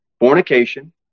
fornication